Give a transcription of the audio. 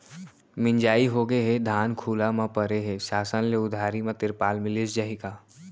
मिंजाई होगे हे, धान खुला म परे हे, शासन ले उधारी म तिरपाल मिलिस जाही का?